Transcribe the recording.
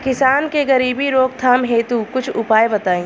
किसान के गरीबी रोकथाम हेतु कुछ उपाय बताई?